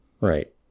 Right